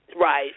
Right